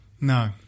no